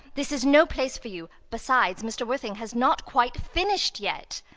this is no place for you. besides, mr. worthing has not quite finished yet.